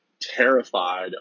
terrified